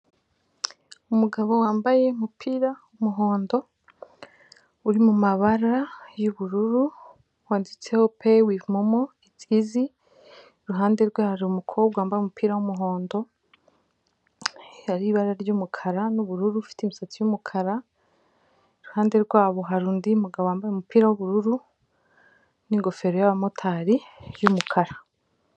Umugabo wambaye umupira w'umuhondo uri mu mabara y'ubururu, wanditseho peyi wivu momo itsi izi, iruhande rwe hari umukobwa wambaye umupira w'umuhondo, hariho ibara ry'umukara n'ubururu, ufite imisatsi y'umukara, iruhande rwabo hari undi mugabo wambaye umupira w'ubururu n'ingofero y'abamotari y'umukara.